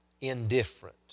indifferent